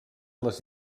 les